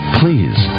please